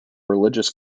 religious